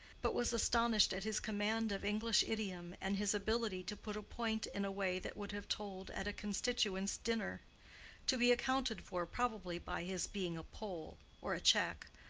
but was astonished at his command of english idiom and his ability to put a point in a way that would have told at a constituents' dinner to be accounted for probably by his being a pole, or a czech,